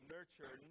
Nurture